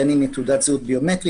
בין אם בתעודת זהות ביומטרית.